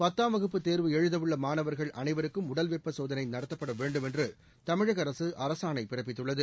பத்தாம் வகுப்பு தேர்வு எழுத உள்ள மாணவர்கள் அனைவருக்கும் உடல் வெப்ப சோதனை நடத்தப்பட வேண்டும் என்று தமிழக அரசு அரசாணை பிறப்பித்துள்ளது